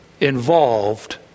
involved